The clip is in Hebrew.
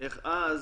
איך אז